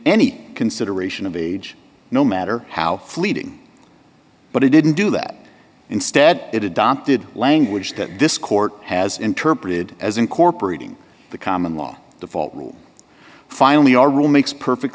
any consideration of the no matter how fleeting but it didn't do that instead it adopted language that this court has interpreted as incorporating the common law default rule finally our rule makes perfect